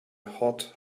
hot